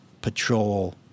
Patrol